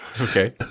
Okay